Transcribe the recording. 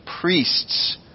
priests